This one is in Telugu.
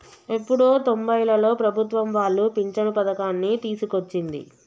ఎప్పుడో తొంబైలలో ప్రభుత్వం వాళ్లు పించను పథకాన్ని తీసుకొచ్చింది